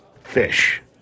fish